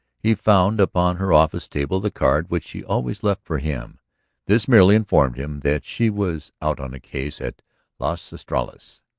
he found upon her office table the card which she always left for him this merely informed him that she was out on a case at las estrellas.